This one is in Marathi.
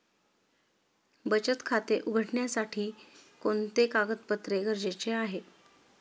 बचत खाते उघडण्यासाठी कोणते कागदपत्रे गरजेचे आहे?